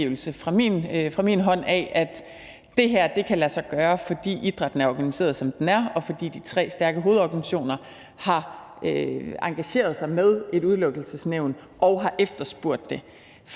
fra min side af, at det her kan lade sig gøre, fordi idrætten er organiseret, som den er, og fordi de tre stærke hovedorganisationer har organiseret sig med et Udelukkelsesnævn og har efterspurgt det.